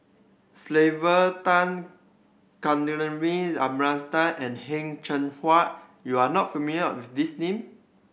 Sylvia Tan Kavignareru Amallathasan and Heng Cheng Hwa you are not familiar with these names